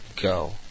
go